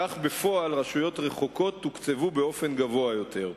כך, בפועל, רשויות רחוקות תוקצבו באופן גבוה יותר.